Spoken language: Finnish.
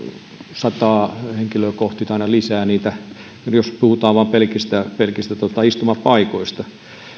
sataa henkilöä kohti aina lisää niitä jos puhutaan vain pelkistä pelkistä istumapaikoista